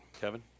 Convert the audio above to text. Kevin